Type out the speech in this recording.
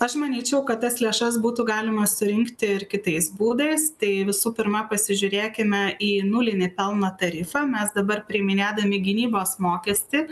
aš manyčiau kad tas lėšas būtų galima surinkti ir kitais būdais tai visų pirma pasižiūrėkime į nulinį pelno tarifą mes dabar priiminėdami gynybos mokestį